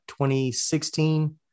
2016